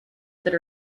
that